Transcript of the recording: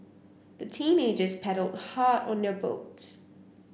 the teenagers paddled hard on their boat